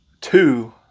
two